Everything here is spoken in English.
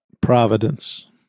Providence